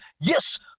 Yes